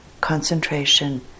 concentration